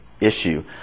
issue